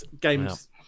games